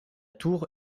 tour